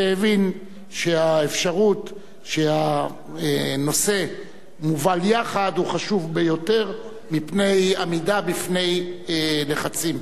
והבין שהאפשרות שהנושא מובל יחד הוא חשוב ביותר בשל עמידה בפני לחצים.